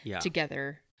together